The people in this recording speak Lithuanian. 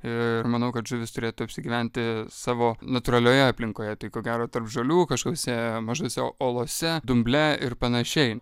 ir manau kad žuvis turėtų apsigyventi savo natūralioje aplinkoje tai ko gero tarp žolių kažkokiuose mažuose olose dumble ir panašiai